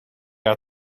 had